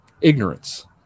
Ignorance